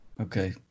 okay